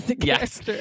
Yes